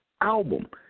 album